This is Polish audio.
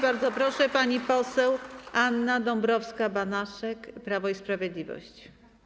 Bardzo proszę, pani poseł Anna Dąbrowska-Banaszek, Prawo i Sprawiedliwość.